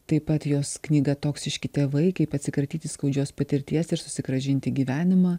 taip pat jos knyga toksiški tėvai kaip atsikratyti skaudžios patirties ir susigrąžinti gyvenimą